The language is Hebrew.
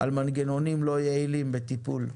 על מנגנונים לא יעילים בטיפול,